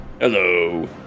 Hello